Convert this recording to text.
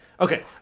Okay